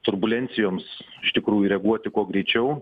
turbulencijoms iš tikrųjų reaguoti kuo greičiau